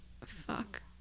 fuck